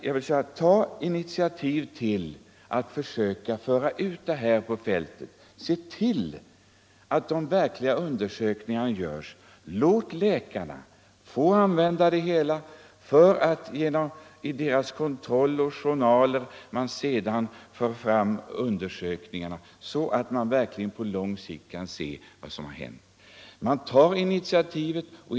Tag initiativ till att föra ut detta medel på fältet! Se till att verkliga undersökningar görs! Låt läkarna få använda medlet så att man efter deras journaler kan bedöma verkningarna!